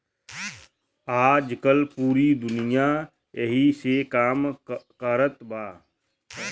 आजकल पूरी दुनिया ऐही से काम कारत बा